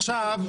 עכשיו,